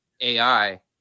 AI